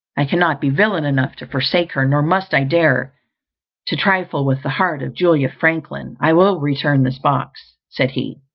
i cannot be villain enough to forsake her, nor must i dare to trifle with the heart of julia franklin. i will return this box, said he,